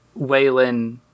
Waylon